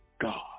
God